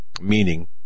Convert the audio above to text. meaning